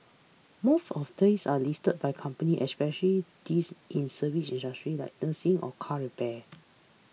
most of these are leased by companies especially these in service industries like nursing or car repairs